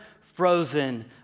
frozen